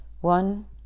One